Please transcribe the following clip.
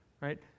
right